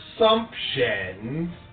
assumptions